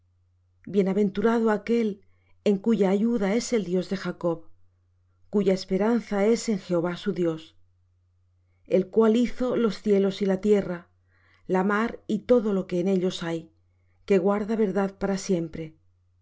bienaventurado aquel en cuya ayuda es el dios de jacob cuya esperanza es en jehová su dios el cual hizo los cielos y la tierra la mar y todo lo que en ellos hay que guarda verdad para siempre